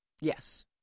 Yes